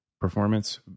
performance